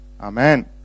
amen